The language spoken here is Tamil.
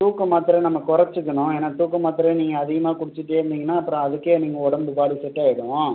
தூக்க மாத்தரை நம்ம குறச்சிக்கணும் ஏன்னால் தூக்க மாத்திரை நீங்கள் அதிகமாக குடிச்சுட்டே இருந்தீங்கனால் அப்புறம் அதுக்கே நீங்கள் உடம்பு பாடி செட்டாகிடும்